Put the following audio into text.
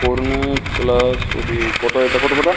cornet plus OD কটা এটা কত পাতা